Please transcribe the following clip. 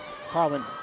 Carlin